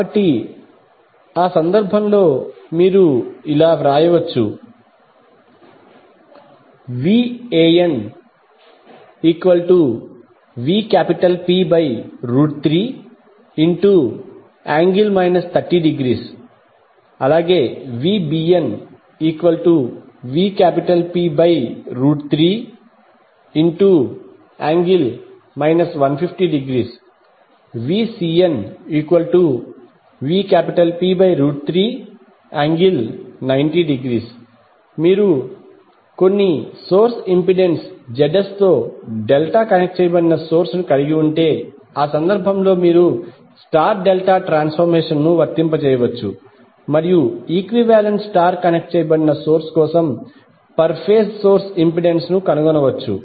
కావున ఆ సందర్భం లో మీరు ఇలా వ్రాయవచ్చు VanVp3∠ 30° VbnVp3∠ 150° VcnVp3∠90° మీరు కొన్ని సోర్స్ ఇంపెడెన్స్ ZS తో డెల్టా కనెక్ట్ చేయబడిన సోర్స్ ను కలిగి ఉంటే ఆ సందర్భంలో మీరు స్టార్ డెల్టా ట్రాన్స్ఫర్మేషన్ ను వర్తింపజేయవచ్చు మరియు ఈక్వివాలెంట్ స్టార్ కనెక్ట్ చేయబడిన సోర్స్ కోసం పర్ ఫేజ్ సోర్స్ ఇంపెడెన్స్ను కనుగొనవచ్చు